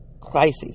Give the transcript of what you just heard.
crises